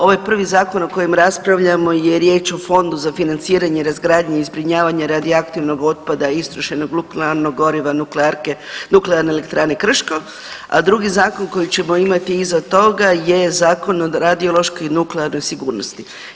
Ovaj prvi zakon o kojem raspravljamo je riječ o Fondu za financiranju, razgradnji i zbrinjavanju radioaktivnog otpada, istrošenog nuklearnog goriva nuklearne elektrane Krško, a drugi zakon koji ćemo imati iza toga je Zakon o radiološkoj i nuklearnoj sigurnosti.